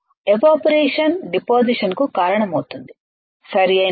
evaporation deposition కు కారణమవుతుంది సరియైనదా